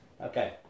Okay